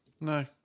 No